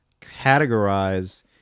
categorize